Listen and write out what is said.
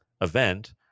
event